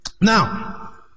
Now